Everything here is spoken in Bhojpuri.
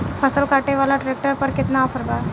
फसल काटे वाला ट्रैक्टर पर केतना ऑफर बा?